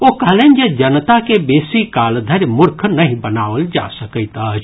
ओ कहलनि जे जनता के बेसी काल धरि मूर्ख नहि बनाओल जा सकैत अछि